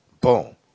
Boom